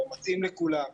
לא מתאים לכולם.